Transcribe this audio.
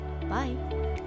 Bye